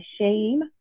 shame